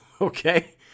okay